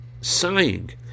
sighing